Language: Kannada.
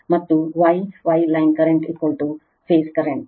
ಮತ್ತು Y Y line current phase current